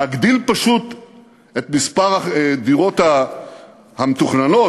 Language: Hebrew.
להגדיל פשוט את מספר הדירות המתוכננות.